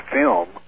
film